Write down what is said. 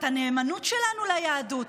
את הנאמנות שלנו ליהדות.